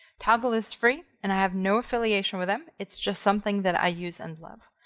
toggl is free and i have no affiliation with them. it's just something that i use and love.